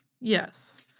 Yes